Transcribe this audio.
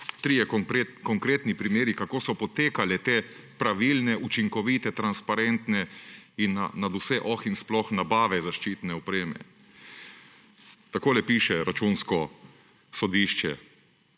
Trije konkretni primeri, kako so potekale te pravilne, učinkovite, transparentne in nadvse oh in sploh nabave zaščitne opreme. Takole piše Računsko sodišče,